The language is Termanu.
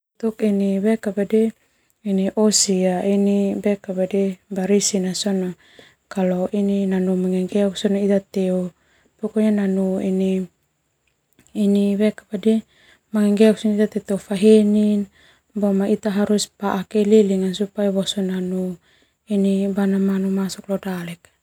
Untuk ini osi barisi sona nanu mangnggengeok tofa heni paa keliling boso nanu bana manu masuk.